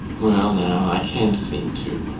well now, i can't seem to,